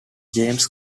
james